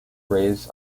raised